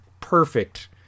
perfect